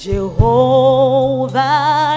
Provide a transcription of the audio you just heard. Jehovah